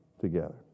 together